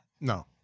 No